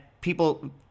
people –